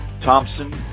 Thompson